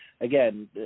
again